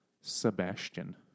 Sebastian